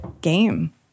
game